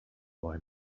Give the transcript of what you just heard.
boy